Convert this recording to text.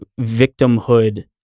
victimhood